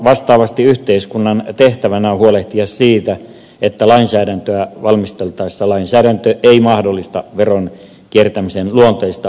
vastaavasti yhteiskunnan tehtävänä on huolehtia siitä että lainsäädäntöä valmisteltaessa lainsäädäntö ei mahdollista veron kiertämisen luonteista verosuunnittelua